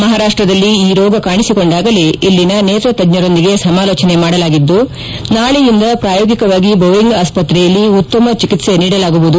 ಮಹಾರಾಷ್ಟದಲ್ಲಿ ಈ ರೋಗ ಕಾಣಿಸಿಕೊಂಡಾಗಲೇ ಇಲ್ಲಿನ ನೇತ್ರ ತಜ್ಞರೊಂದಿಗೆ ಸಮಾಲೋಚನೆ ಮಾಡಲಾಗಿದ್ದು ನಾಳೆಯಿಂದಲೇ ಪ್ರಾಯೋಗಿಕವಾಗಿ ಬೌರಿಂಗ್ ಆಸ್ಪತ್ರೆಯಲ್ಲಿ ಉತ್ತಮ ಚಿಕಿತ್ಸೆ ನೀಡಲಾಗುವುದು